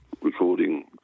recording